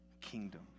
kingdom